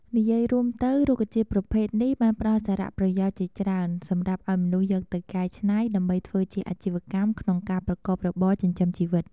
និយាយរួមទៅរុក្ខជាតិប្រភេទនេះបានផ្ដល់សារៈប្រយោជន៍ជាច្រើន សម្រាប់ឱ្យមនុស្ស យកទៅកែច្នៃដើម្បីធ្វើជាអាជីវកម្មក្នុងការប្រកបរបរចិញ្ចឹមជីវិត។